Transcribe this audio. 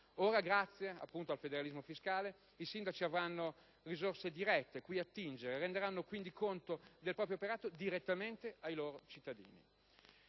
Ora, grazie al federalismo fiscale, i sindaci avranno risorse dirette cui attingere e renderanno quindi conto del proprio operato direttamente ai loro cittadini.